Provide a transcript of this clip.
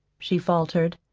she faltered.